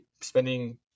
spending